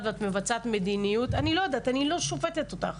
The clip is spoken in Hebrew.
ואת מבצעת מדיניות אני לא שופטת אותך.